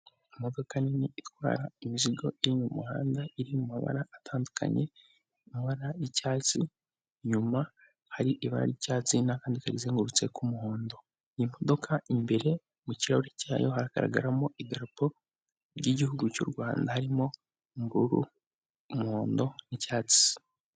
Imodoka nini itwara imizigo iri muhanda, iri mu mabara atandukanye, mu mabara y'icyatsi, inyuma hari ibara ry' cyatsi n'akandi kayizengurutse k' muhondo. Iyi modoka imbere mu kirahuri cyayo haragaragaramo idarapo ry'gihugu cyu Rwanda, harimo ubururu, umuhondo n'icyatsi.